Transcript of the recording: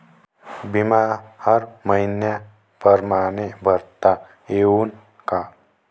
बिमा हर मइन्या परमाने भरता येऊन का?